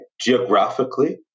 Geographically